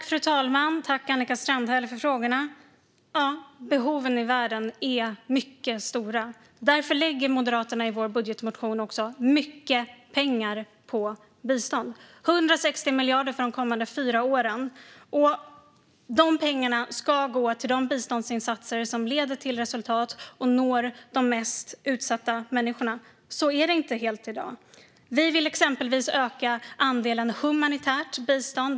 Fru talman! Tack, Annika Strandhäll, för frågorna! Behoven i världen är mycket stora. Därför lägger vi i Moderaterna i vår budgetmotion mycket pengar på bistånd. Det är 160 miljarder för de kommande fyra åren. De pengarna ska gå till de biståndsinsatser som leder till resultat och når de mest utsatta människorna. Så är det inte helt i dag. Vi vill exempelvis öka andelen humanitärt bistånd.